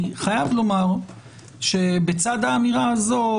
אני חייב לומר שבצד האמירה הזאת,